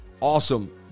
Awesome